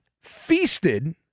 feasted